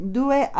due